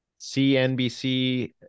CNBC